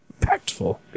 impactful